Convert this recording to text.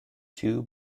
two